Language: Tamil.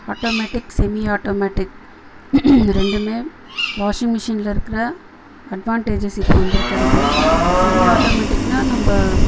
ஆட்டோமேட்டிக் செமி ஆட்டோமேட்டிக் இது ரெண்டுமே வாஷிங்மிஷினில் இருக்கிற அட்வான்டேஜஸ் இப்போ வந்திருக்கறது செமி ஆட்டோமேட்டிக்னால் நம்ம